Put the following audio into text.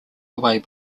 away